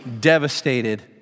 devastated